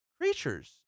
creatures